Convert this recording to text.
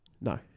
No